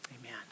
amen